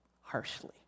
harshly